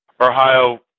Ohio